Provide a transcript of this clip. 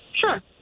Sure